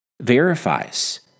verifies